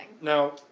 Now